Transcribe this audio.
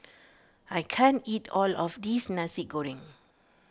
I can't eat all of this Nasi Goreng